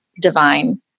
divine